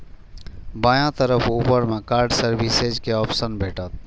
बायां तरफ ऊपर मे कार्ड सर्विसेज के ऑप्शन भेटत